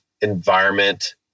environment